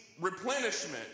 replenishment